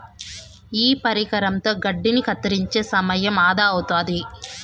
ఈ పరికరంతో గడ్డిని కత్తిరించే సమయం ఆదా అవుతాది